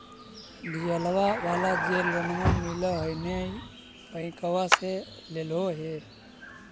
डिजलवा वाला जे लोनवा मिल है नै बैंकवा से लेलहो हे?